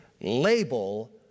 label